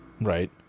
Right